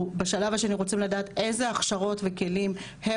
אנחנו בשלב השני רוצים לדעת איזה הכשרות וכלים הם